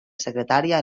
secretària